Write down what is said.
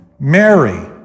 Mary